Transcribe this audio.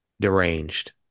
deranged